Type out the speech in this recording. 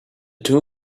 two